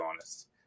honest